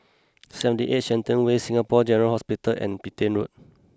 Seventy Eight Shenton Way Singapore General Hospital and Petain Road